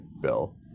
Bill